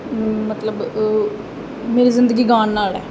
ਮਤਲਬ ਮੇਰੀ ਜ਼ਿੰਦਗੀ ਗਾਉਣ ਨਾਲ ਹੈ